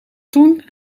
toen